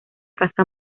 casa